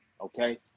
Okay